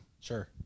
Sure